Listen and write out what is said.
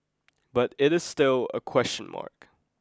but it is still a question mark